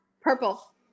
Purple